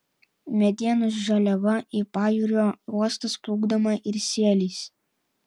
medienos žaliava į pajūrio uostus plukdoma ir sieliais